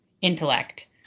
intellect